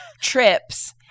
trips